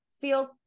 feel